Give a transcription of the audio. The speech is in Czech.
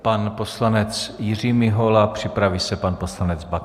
Pan poslanec Jiří Mihola, připraví se pan poslanec Baxa.